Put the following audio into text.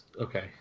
Okay